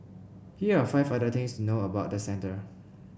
here are five other things to know about the centre